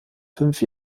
fünf